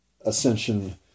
ascension